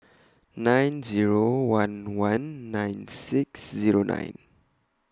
nine Zero one one nine six Zero nine